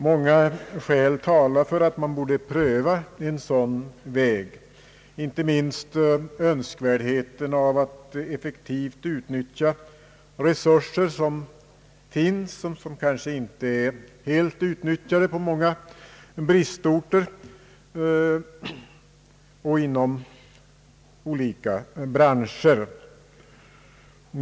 Många skäl talar för att man borde pröva en sådan väg, inte minst önskvärdheten av att effektivt utnyttja de resurser som finns och som kanske inte är helt utnyttjade på många bristorter och inom olika branscher.